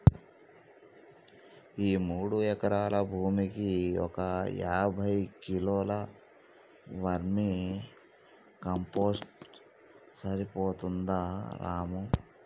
ఈ మూడు ఎకరాల భూమికి ఒక యాభై కిలోల వర్మీ కంపోస్ట్ సరిపోతుందా రాము